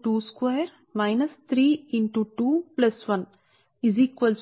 S is equal